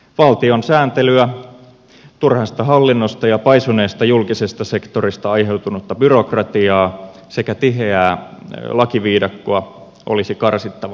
valtion sääntelyä turhasta hallinnosta ja paisuneesta julkisesta sektorista aiheutunutta byrokratiaa sekä tiheää lakiviidakkoa olisi karsittava merkittävästi